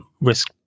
risk